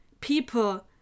people